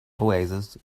oasis